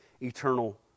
eternal